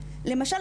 למשל,